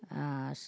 ah